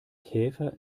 käfer